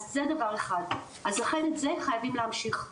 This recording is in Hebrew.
זה דבר אחד ולכן את זה חייבים להמשיך.